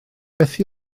beth